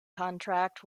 contract